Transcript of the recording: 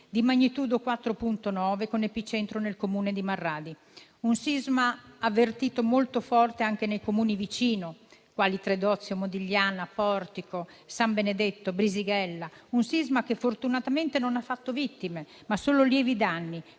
di magnitudo 4.9, con epicentro nel comune di Marradi; un sisma avvertito, molto forte, anche nei comuni vicini, quali Tredozio, Modigliana, Portico, San Benedetto, Brisighella; un sisma che, fortunatamente, ha fatto non vittime, ma solo lievi danni,